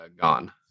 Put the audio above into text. gone